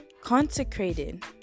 Consecrated